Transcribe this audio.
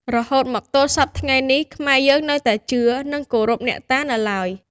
រហូតមកទល់សព្វថ្ងៃនេះ ខ្មែរយើងនៅតែជឿ និងគោរពអ្នកតានៅឡើយ។